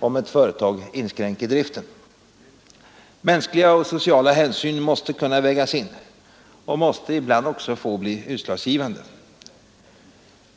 om ett företag inskränker driften. Mänskliga och sociala hänsyn måste kunna vägas in och måste ibland också få bli utslagsgivande.